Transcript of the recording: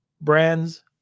brands